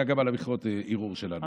היה גם על המכרות ערעור שלנו.